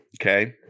Okay